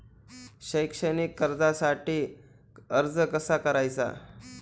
शैक्षणिक कर्जासाठी अर्ज कसा करायचा?